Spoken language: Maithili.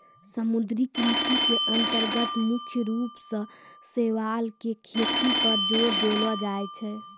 समुद्री कृषि के अन्तर्गत मुख्य रूप सॅ शैवाल के खेती पर जोर देलो जाय छै